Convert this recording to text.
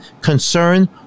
concern